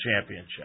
championship